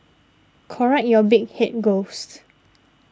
correct your big head ghost